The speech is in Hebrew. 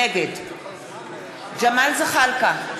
נגד ג'מאל זחאלקה,